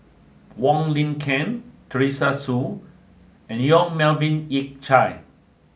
Wang Lin Ken Teresa Hsu and Yong Melvin Yik Chye